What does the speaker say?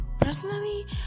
personally